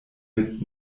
mit